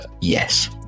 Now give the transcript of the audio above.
Yes